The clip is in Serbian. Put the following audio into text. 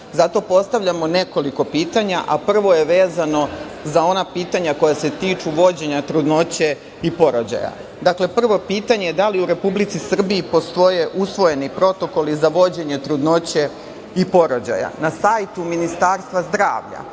postavljamo nekoliko pitanja, a prvo je vezano za ona pitanja koja se tiču vođenja trudnoće i porođaja. Dakle, prvo pitanje je – da li u Republici Srbiji postoje usvojeni protokoli za vođenje trudnoće i porođaja? Na sajtu Ministarstva zdravlja,